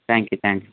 thank you thank you